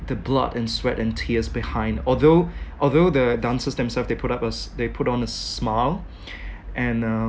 the blood and sweat and tears behind although although the dancers themselves they put up a s~ they put on a smile and uh